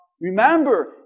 Remember